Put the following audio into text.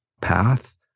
path